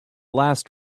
last